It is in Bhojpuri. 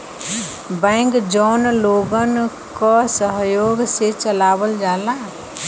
बैंक जौन लोगन क सहयोग से चलावल जाला